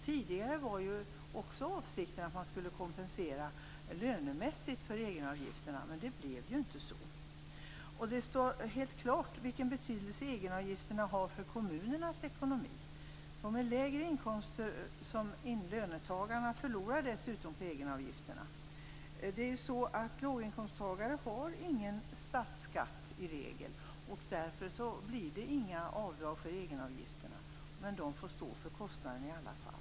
Tidigare var avsikten också att man skulle kompensera lönemässigt för egenavgifterna, men det blev inte så. Det står helt klart vilken betydelse egenavgifterna har för kommunernas ekonomi. De med lägre inkomster förlorar dessutom på egenavgifterna. Låginkomsttagare har i regel ingen statsskatt, och därför blir det inga avdrag för egenavgifterna, men de får stå för kostnaderna i alla fall.